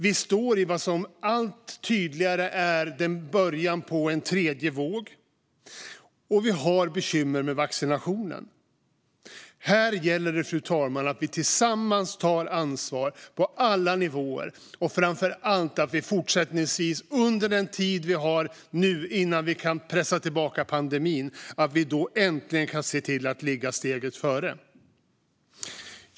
Vi står i vad som allt tydligare är början på en tredje våg. Vi har även bekymmer med vaccinationerna. Här gäller det, fru talman, att vi tillsammans tar ansvar på alla nivåer och framför allt att vi fortsättningsvis under den tid vi har innan vi kan pressa tillbaka pandemin äntligen kan se till att ligga steget före.